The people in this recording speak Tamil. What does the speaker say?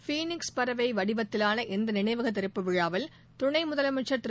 பீனிக்ஸ் பறவைவடிவத்திலான இந்தநினைவகதிறப்பு விழாவில் துணைமுதலமைச்சர் திரு